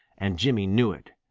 and jimmy knew it.